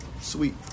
sweet